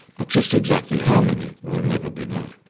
but just exactly how many will never be known.